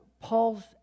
Paul's